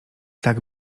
tak